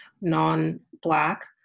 non-Black